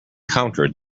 countered